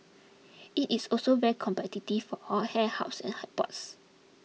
it is also very competitive for all hair hubs and airports